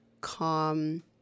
calm